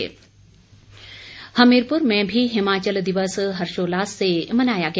हमीरपुर दिवस हमीरपुर में भी हिमाचल दिवस हर्षोल्लास से मनाया गया